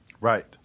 Right